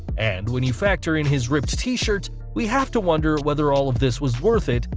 and when you factor in his ripped t-shirt we have to wonder whether all of this was worth it,